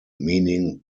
meaning